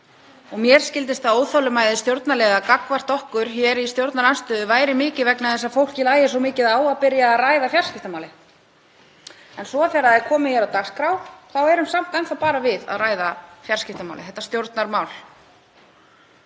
Mér skildist að óþolinmæði stjórnarliða gagnvart okkur hér í stjórnarandstöðu væri mikil vegna þess að fólki lægi svo mikið á að byrja að ræða fjarskiptamálið. En svo þegar það er komið á dagskrá eru samt enn þá bara við að ræða fjarskiptamálið, þetta stjórnarmál.